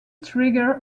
trigger